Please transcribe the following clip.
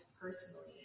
personally